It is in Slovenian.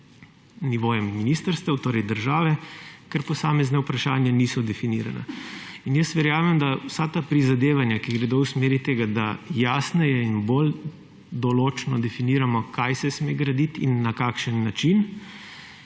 nivojem ministrstev, torej države, ker posamezna vprašanja niso definirana. In verjamem, da vsa ta prizadevanja, ki gredo v smeri tega, da jasneje in bolj določno definiramo, kaj se sme graditi in na kakšen način,